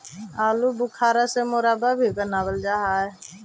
आलू बुखारा से मुरब्बा भी बनाबल जा हई